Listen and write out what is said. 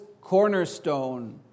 cornerstone